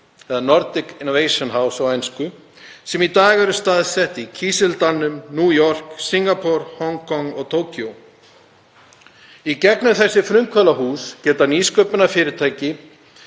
eða Nordic Innovation House, sem í dag eru staðsett í Kísildalnum, New York, Singapúr, Hong Kong og Tókíó. Í gegnum þessi frumkvöðlahús geta nýsköpunarfyrirtæki